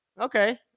okay